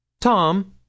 Tom